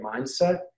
mindset